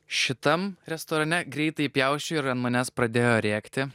šitam restorane greitai pjausčiau ir ant manęs pradėjo rėkti